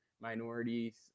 minorities